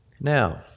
Now